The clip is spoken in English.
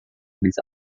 these